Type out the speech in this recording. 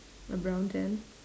a brown tent